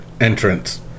entrance